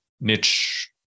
niche